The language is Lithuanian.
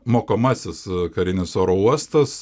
mokomasis karinis oro uostas